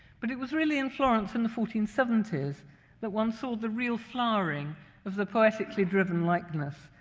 but it was really in florence in the fourteen seventy s that one saw the real flowering of the poetically driven likeness,